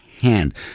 hand